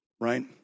right